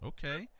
Okay